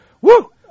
Woo